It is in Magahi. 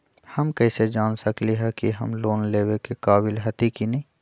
हम कईसे जान सकली ह कि हम लोन लेवे के काबिल हती कि न?